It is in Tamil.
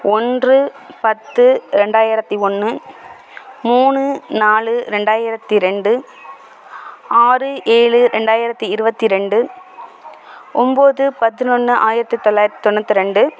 ஒன்று பத்து ரெண்டாயிரத்து ஒன்று மூணு நாலு ரெண்டாயிரத்து ரெண்டு ஆறு ஏழு ரெண்டாயிரத்து இருபத்தி ரெண்டு ஒம்பது பதினொன்று ஆயிரத்து தொள்ளாயிரத்து தொண்ணுத்து ரெண்டு